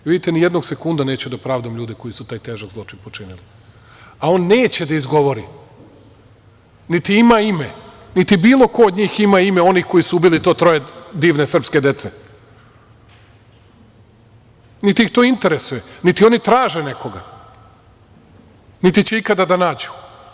Vidite, nijednog sekunda neću da pravdam ljude koji su taj težak zločin počinili, a on neće da izgovori, niti ima ime, niti bilo ko od njih ima ime onih koji su ubili to troje divne srpske dece, niti ih to interesuje, niti oni traže nekoga, niti će ikada da nađu.